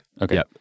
Okay